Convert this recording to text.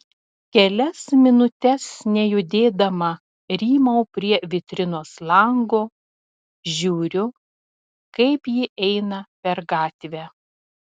kelias minutes nejudėdama rymau prie vitrinos lango žiūriu kaip ji eina per gatvę